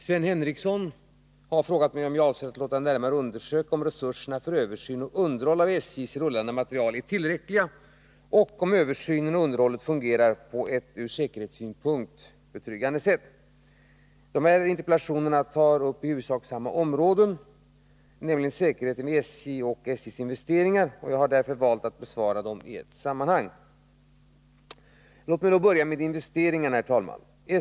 Sven Henricsson har frågat mig om jag avser att låta närmare undersöka om resurserna för översyn och underhåll av SJ:s rullande materiel är tillräckliga och om översynen och underhållet fungerar på ett ur säkerhetssynpunkt betryggande sätt. Eftersom interpellanterna tar upp i huvudsak samma områden, nämligen säkerheten vid SJ och SJ:s investeringar, har jag valt att besvara interpellationerna i ett sammanhang. Låt mig börja med investeringarna.